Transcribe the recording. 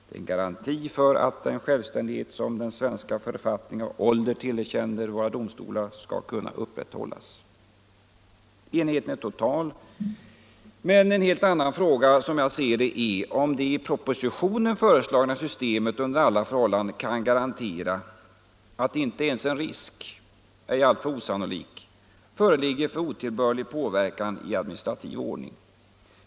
Det är -—-—- en garanti för att den självständighet som den svenska författningen av ålder tillerkänner våra domstolar skall kunna upprätthållas.” Enigheten är total. Men en helt annan fråga är om det i propositionen föreslagna systemet under alla förhållanden kan garantera att inte ens en risk — ej alltför osannolik — föreligger för otillbörlig påverkan i administrativ ordning.